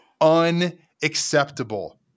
Unacceptable